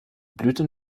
blüten